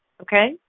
okay